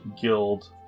guild